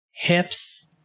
hips